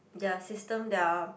their system their